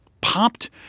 popped